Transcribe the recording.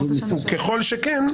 ככל שכן,